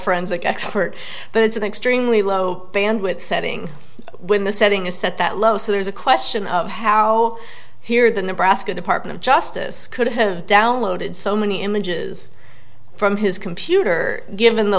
forensic expert but it's an extremely low bandwidth setting when the setting is set that low so there's a question of how here than the basket department of justice could have downloaded so many images from his computer given the